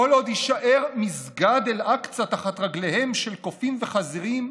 כל עוד יישאר מסגד אל-אקצא תחת רגליהם של קופים וחזירים,